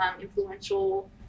influential